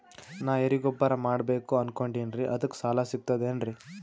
ನಾ ಎರಿಗೊಬ್ಬರ ಮಾಡಬೇಕು ಅನಕೊಂಡಿನ್ರಿ ಅದಕ ಸಾಲಾ ಸಿಗ್ತದೇನ್ರಿ?